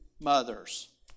mothers